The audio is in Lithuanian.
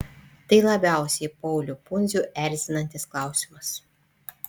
tai labiausiai paulių pundzių erzinantis klausimas